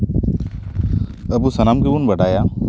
ᱟᱵᱚ ᱥᱟᱱᱟᱢ ᱜᱮᱵᱚᱱ ᱵᱟᱲᱟᱭᱟ